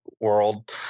world